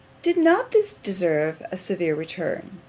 did not this deserve a severe return?